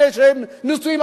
להיטיב עם אלה שבאים,